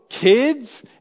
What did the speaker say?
kids